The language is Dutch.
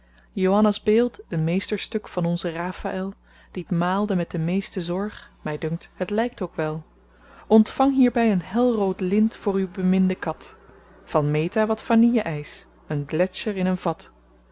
joanna's beeld een meesterstuk van onzen rafaël die t maalde met de meeste zorg mij dunkt het lijkt ook wel ontvang hierbij een helrood lint voor uw beminde kat van meta wat vanille ijs een gletscher in een vat